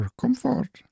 comfort